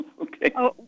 Okay